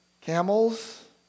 camels